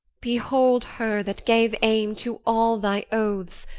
behold her that gave aim to all thy oaths,